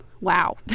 wow